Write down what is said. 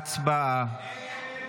הצבעה.